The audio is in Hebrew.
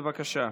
בבקשה.